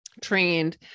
trained